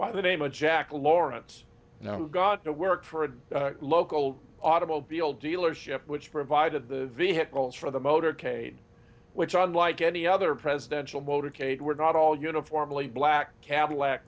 by the name of jack lawrence got to work for a local automobile dealership which provided the vehicles for the motorcade which are unlike any other presidential motorcade were not all uniformly black cadillac